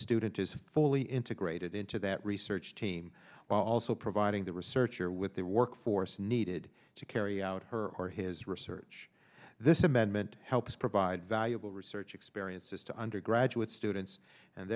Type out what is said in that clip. student is fully integrated into that research team while also providing the researcher with their work force needed to carry out her or his research this amendment helps provide valuable research experiences to undergraduate students and